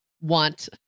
want